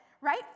right